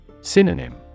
Synonym